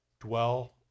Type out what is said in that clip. dwell